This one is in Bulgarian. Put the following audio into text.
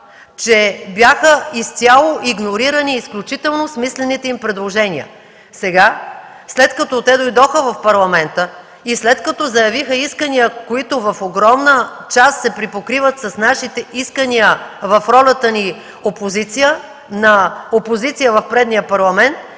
че бяха изцяло игнорирани изключително смислените им предложения. Сега, след като те дойдоха в Парламента и след като заявиха искания, които в огромна част се припокриват с нашите искания в ролята ни на опозиция в предния Парламент,